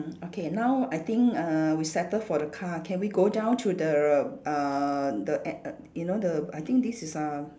okay now I think uh we settle for the car can we go down to the uh the a~ err you know the I think this is uh